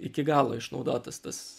iki galo išnaudotas tas